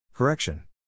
Correction